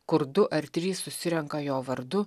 kur du ar trys susirenka jo vardu